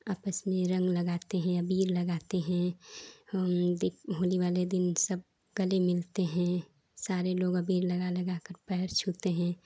आपस में रंग लगाते हैं अबीर लगाते हैं देख होली वाले दिन सब गले मिलते हैं सारे लोग अबीर लगा लगाकर पैर छूते हैं